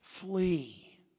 Flee